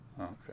Okay